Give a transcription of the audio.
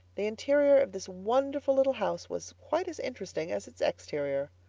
the interior of this wonderful little house was quite as interesting as its exterior.